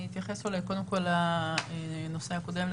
אולי קודם כל אני אתייחס לנושא הקודם,